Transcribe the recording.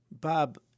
Bob